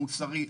המוסרי,